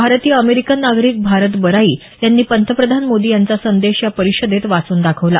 भारतीय अमेरिकन नागरिक भारत बराई यांनी पंतप्रधान मोदी यांचा संदेश या परिषदेत वाचून दाखवला